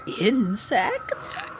insects